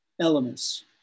elements